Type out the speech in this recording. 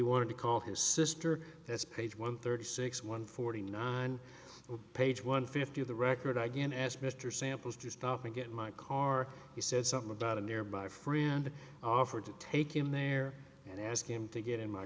wanted to call his sister that's page one thirty six one forty nine page one fifty of the record again ask mr samples to stop and get my car he said something about a nearby friend offered to take him there and ask him to get in my